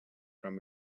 from